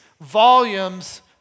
volumes